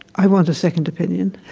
i want a second opinion